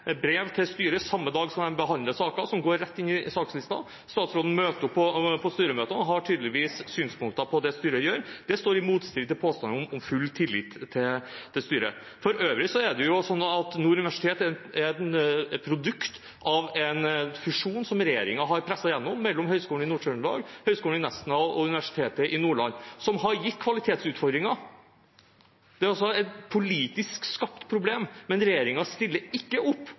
brev til styret samme dag som de behandler saken, og som går rett inn i sakslisten. Statsråden møter opp på styremøtet og har tydeligvis synspunkter på det styret gjør. Det står i motstrid til påstanden om full tillit til styret. For øvrig er det jo sånn at Nord universitet er et produkt av en fusjon som regjeringen har presset igjennom, mellom Høgskolen i Nord-Trøndelag, Høgskolen i Nesna og Universitetet i Nordland, og som har gitt kvalitetsutfordringer. Det er altså et politisk skapt problem, men regjeringen stiller ikke opp